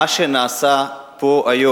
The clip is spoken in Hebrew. נא לסיים.